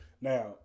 Now